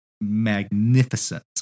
magnificent